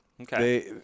Okay